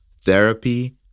therapy